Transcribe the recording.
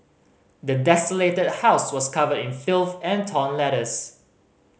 the desolated house was covered in filth and torn letters